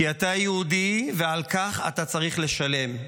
כי אתה יהודי, ועל כך אתה צריך לשלם.